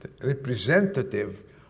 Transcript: representative